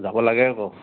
যাব লাগে আকৌ